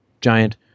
Giant